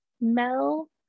Mel